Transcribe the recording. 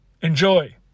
enjoy